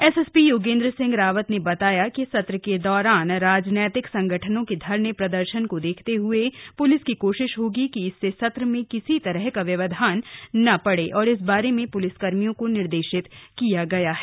SSP Yogendra Singh Rawat ने बताया है कि सत्र के दौरान राजनैतिक संगठनों के धरने प्रर्दशन को देखते हुए पुलिस की कोशिश होगी कि इससे सत्र में किसी तरह का व्यवधान ना पड़े इस बारे में पुलिसकर्मियो को निर्देशित किया गया है